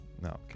No